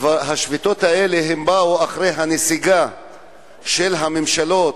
השביתות האלה באו אחרי הנסיגה של הממשלות,